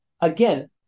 again